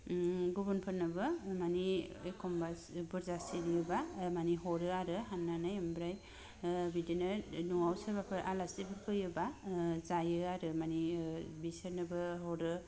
ओम गुबुनफोरनोबो माने एखम्बा बुरजा सिरियोबा माने हरो आरो हरनानै ओमफ्राय ओ बिदिनो न'आव सोरबाफोर आलासिफोर फैयोबा ओ जायो आरो माने ओ बिसोरनोबो हरो